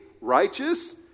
righteous